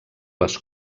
les